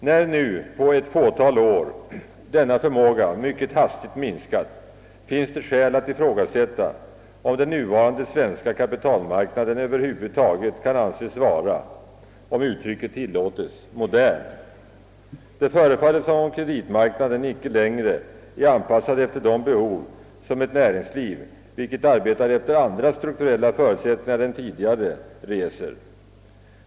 När nu på ett fåtal år denna förmåga mycket hastigt har minskat finns det skäl att ifrågasätta om den nuvarande svenska kapitalmarknaden över huvud taget kan anses vara — om uttrycket tillåtes — modern. Det förefaller som om kreditmarknaden inte längre är anpassad efter de behov som ett näringsliv, vilket arbetar efter andra strukturella förhållanden än tidigare, reser.